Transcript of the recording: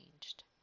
changed